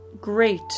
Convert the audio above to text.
great